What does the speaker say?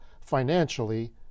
financially